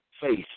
faith